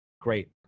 great